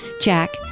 Jack